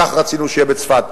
כך רצינו שיהיה בצפת.